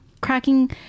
cracking